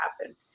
happen